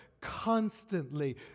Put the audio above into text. Constantly